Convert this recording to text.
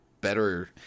better